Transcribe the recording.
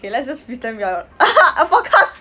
okay let's just pretend we are (uh huh) ah podcast